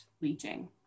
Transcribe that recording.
leaching